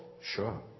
Sure